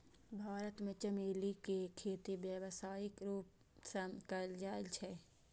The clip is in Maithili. भारत मे चमेली के खेती व्यावसायिक रूप सं कैल जाइ छै